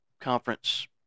conference